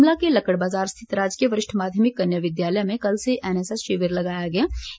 शिमला के लक्कड़ बाजार स्थित राजकीय वरिष्ठ माध्यमिक कन्या विद्यालय में कल से एनएसएस शिविर लगाया गया है